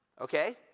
Okay